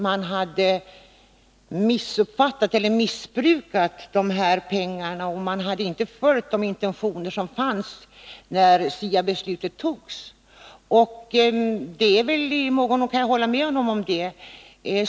Hans Nyhage sade här att man har missbrukat dessa pengar och inte följt de intentioner som fanns när SIA-beslutet fattades. I någon mån kan jag hålla med honom om detta.